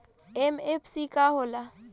MFC का हो़ला?